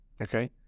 Okay